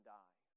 die